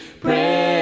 pray